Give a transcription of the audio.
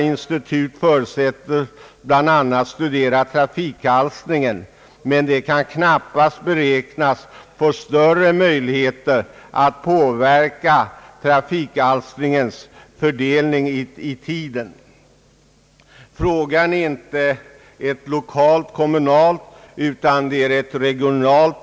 Institutet förutsättes bl.a. studera trafikalstringen, men det kan knappast beräknas få större möjligheter att inverka på trafikalstringens fördelning i tiden. Problemet är inte lokalt och kommunalt utan regionalt.